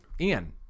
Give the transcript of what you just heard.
Ian